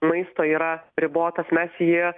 maisto yra ribotas mes jį